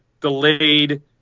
delayed